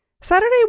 Saturday